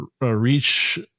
reach